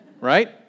right